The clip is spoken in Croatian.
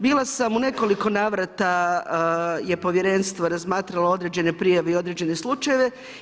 Bila sam u nekoliko navrata je povjerenstvo razmatralo određene prijave i određene slučajeve.